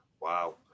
Wow